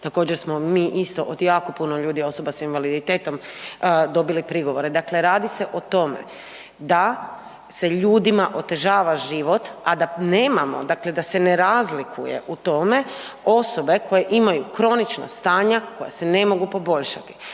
također smo mi isto od jako puno ljudi osoba s invaliditetom dobili prigovore. Dakle, radi se o tome da se ljudima otežava život, a da nemamo, dakle da se ne razlikuje u tome osobe koje imaju kronična stanja koja se ne mogu poboljšati.